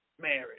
marriage